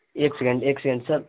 ایک سیکنڈ ایک سیکنڈ سر